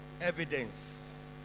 Evidence